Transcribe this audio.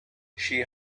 she